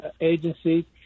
agency